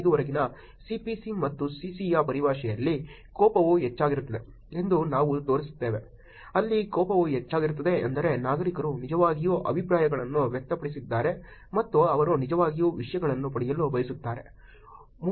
005 ವರೆಗಿನ CPC ಮತ್ತು CC ಯ ಪರಿಭಾಷೆಯಲ್ಲಿ ಕೋಪವು ಹೆಚ್ಚಾಗಿರುತ್ತದೆ ಎಂದು ನಾವು ತೋರಿಸುತ್ತೇವೆ ಅಲ್ಲಿ ಕೋಪವು ಹೆಚ್ಚಾಗಿರುತ್ತದೆ ಎಂದರೆ ನಾಗರಿಕರು ನಿಜವಾಗಿಯೂ ಅಭಿಪ್ರಾಯಗಳನ್ನು ವ್ಯಕ್ತಪಡಿಸುತ್ತಿದ್ದಾರೆ ಮತ್ತು ಅವರು ನಿಜವಾಗಿಯೂ ವಿಷಯಗಳನ್ನು ಪಡೆಯಲು ಬಯಸುತ್ತಾರೆ